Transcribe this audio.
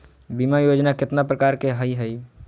बीमा योजना केतना प्रकार के हई हई?